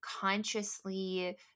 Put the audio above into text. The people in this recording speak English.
consciously